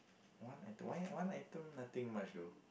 one item one one item nothing much though